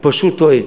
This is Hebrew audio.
הוא פשוט טועה.